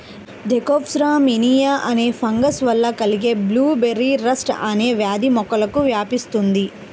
Thekopsora minima అనే fungus వల్ల కలిగే బ్లూబెర్రీ రస్ట్ అనే వ్యాధి మొక్కలకు వ్యాపిస్తుంది